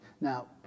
Now